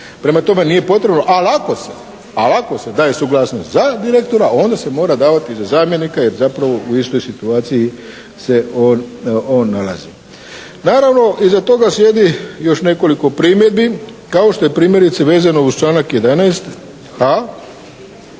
Prema tome, nije potrebno, ali ako se daje suglasnost za direktora onda se mora davati i za zamjenika jer zapravo u istoj situaciji se on nalazi. Naravno iza toga slijedi još nekoliko primjedbi kao što je primjerice vezano uz članak 11.a